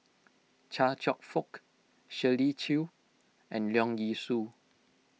Chia Cheong Fook Shirley Chew and Leong Yee Soo